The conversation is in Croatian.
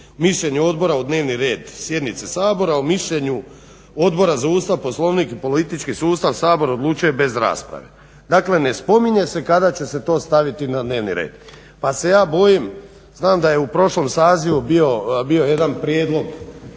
mišljenje odbora u dnevni red sjednice Sabora o mišljenju Odbora za Ustav, Poslovnik i politički sustav Sabor odlučuje bez rasprave. Dakle, ne spominje se kada će se to staviti na dnevni red. Pa se ja bojim, znam da je u prošlom sazivu bio jedan prijedlog